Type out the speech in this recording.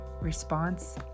response